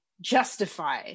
justify